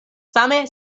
same